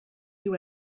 you